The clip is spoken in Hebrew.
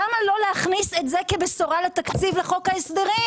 למה לא להכניס את זה כבשורה לתקציב לחוק ההסדרים?